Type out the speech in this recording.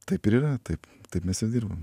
taip ir yra taip taip mes ir dirbam